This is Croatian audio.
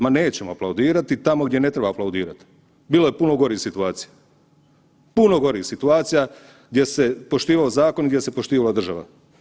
Ma nećemo aplaudirati tamo gdje ne treba aplaudirati, bilo je puno gorih situacija, puno gorih situacija gdje se poštivao zakon, gdje se poštivala država.